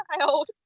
child